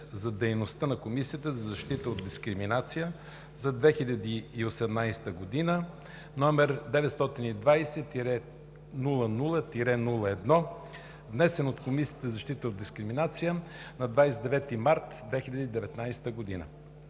за дейността на Комисията за защита от дискриминация за 2018 г., № 920-00-01, внесен от Комисията за защита от дискриминация на 29 март 2019 г.